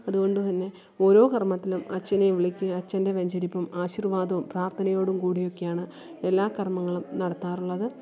അതുകൊണ്ടുതന്നെ ഓരോ കര്മ്മത്തിനും അച്ഛനെ വിളിക്കുകയെയും അച്ഛന്റെ വെഞ്ചരിപ്പും ആശിര്വാദവും പ്രാര്ത്ഥനയോടും കൂടിയൊക്കെയാണ് എല്ലാ കര്മ്മങ്ങളും നടത്താറുള്ളത്